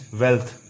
wealth